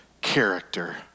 character